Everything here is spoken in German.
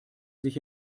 sich